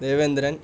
Devendran